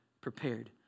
prepared